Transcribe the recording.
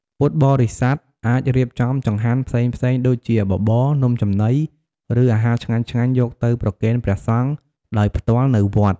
ពុទ្ធបរិស័ទអាចរៀបចំចង្ហាន់ផ្សេងៗដូចជាបបរ នំចំណី ឬអាហារឆ្ងាញ់ៗយកទៅប្រគេនព្រះសង្ឃដោយផ្ទាល់នៅវត្ត។